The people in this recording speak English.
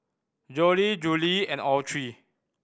Jolie Julie and Autry